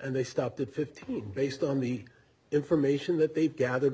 and they stopped at fifteen based on the information that they've gathered